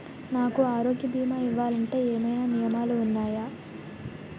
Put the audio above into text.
నాకు ఆరోగ్య భీమా ఇవ్వాలంటే ఏమైనా నియమాలు వున్నాయా?